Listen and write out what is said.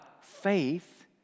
faith